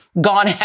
gone